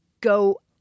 go